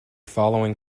following